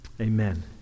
Amen